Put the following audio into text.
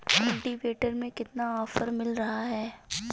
Cultivator में कितना offer मिल रहा है?